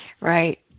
Right